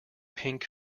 pink